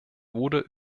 wurde